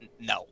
No